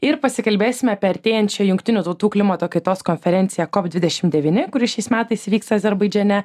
ir pasikalbėsim apie artėjančią jungtinių tautų klimato kaitos konferenciją kovo dvidešim devyni kuri šiais metais įvyks azerbaidžane